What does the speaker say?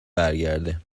برگرده